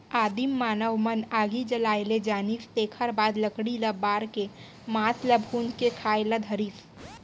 आदिम मानव मन आगी जलाए ले जानिस तेखर बाद लकड़ी ल बार के मांस ल भूंज के खाए ल धरिस